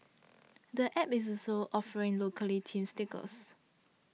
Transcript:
the App is also offering locally themed stickers